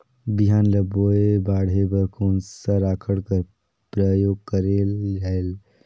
बिहान ल बोये बाढे बर कोन सा राखड कर प्रयोग करले जायेल?